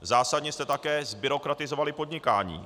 Zásadně jste také zbyrokratizovali podnikání.